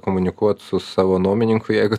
komunikuot su savo nuomininku jeigu